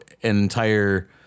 entire